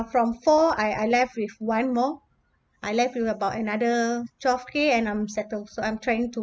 from four I I left with one more I left with about another twelve k and I'm settle so I'm trying to